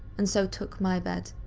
and so took my bed.